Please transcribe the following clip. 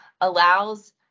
allows